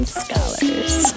scholars